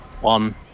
one